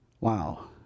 wow